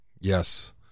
Yes